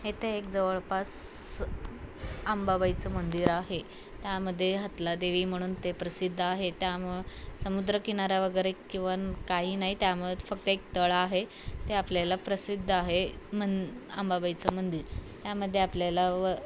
इथे एक जवळपास अंबाबाईचं मंदिर आहे त्यामध्ये हथला देवी म्हणून ते प्रसिद्ध आहे त्यामुळे समुद्रकिनारा वगैरे किंवा काही नाही त्यामध्ये फक्त एक तळं आहे ते आपल्याला प्रसिद्ध आहे मन अंबाबाईचं मंदिर त्यामध्ये आपल्याला व